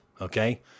okay